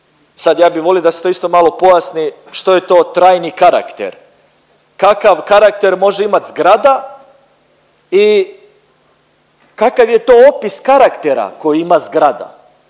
sad ja bi volio da se to isto malo pojasni što je to trajni karakter. Kakav karakter može imat zgrada i kakav je to opis karaktera koji ima zgrada?